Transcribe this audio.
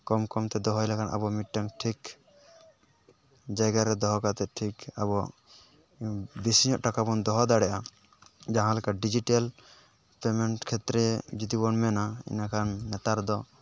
ᱠᱚᱢ ᱠᱚᱢ ᱫᱚᱦᱚ ᱞᱮᱠᱷᱟᱱ ᱟᱵᱚ ᱢᱤᱫᱴᱟᱱ ᱴᱷᱤᱠ ᱡᱟᱭᱜᱟᱨᱮ ᱫᱚᱦᱚ ᱠᱟᱛᱮᱫ ᱴᱷᱤᱠ ᱟᱵᱚ ᱵᱮᱥᱤ ᱧᱚᱜ ᱴᱟᱠᱟ ᱵᱚᱱ ᱫᱚᱦᱚ ᱫᱟᱲᱮᱭᱟᱜᱼᱟ ᱡᱟᱦᱟᱸ ᱞᱮᱠᱟ ᱰᱤᱡᱤᱴᱮᱞ ᱯᱮᱢᱮᱱᱴ ᱠᱷᱮᱛᱨᱮ ᱡᱩᱫᱤ ᱵᱚᱱ ᱢᱮᱱᱟ ᱮᱸᱰᱮᱠᱷᱟᱱ ᱱᱮᱛᱟᱨ ᱫᱚ